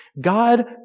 God